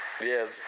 Yes